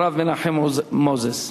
הרב מנחם מוזס.